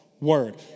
word